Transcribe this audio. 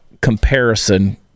comparison